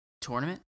tournament